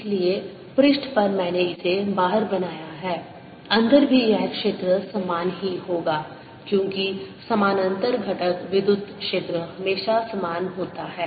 इसलिए पृष्ठ पर मैंने इसे बाहर बनाया है अंदर भी यह क्षेत्र समान ही होगा क्योंकि समानांतर घटक विद्युत क्षेत्र हमेशा समान होता है